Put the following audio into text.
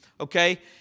okay